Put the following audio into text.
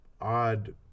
odd